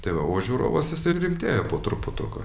tai va o žiūrovas jisai rimtėja po truputuką